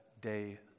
day